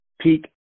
peak